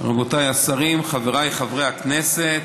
רבותיי השרים, חבריי חברי הכנסת,